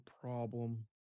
problem